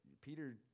Peter